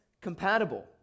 compatible